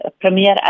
Premier